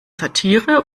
satire